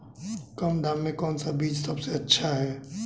कम दाम में कौन सा बीज सबसे अच्छा है?